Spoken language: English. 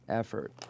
effort